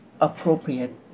appropriate